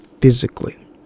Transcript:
physically